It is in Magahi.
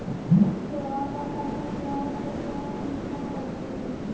सोआ का पत्ता स्वाद में थोड़ा तीखा होवअ हई